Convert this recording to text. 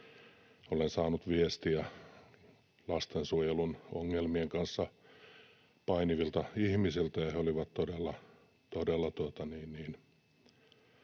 olen saanut viestiä lastensuojelun ongelmien kanssa painivilta ihmisiltä, jotka olivat todella